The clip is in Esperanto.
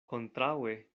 kontraŭe